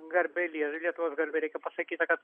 garbei lietuvos garbei reikia pasakyti kad